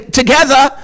together